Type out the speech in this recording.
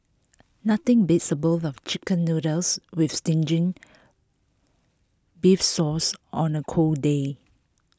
nothing beats A bowl of Chicken Noodles with zingy beef sauce on A cold day